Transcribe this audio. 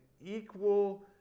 equal